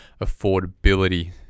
affordability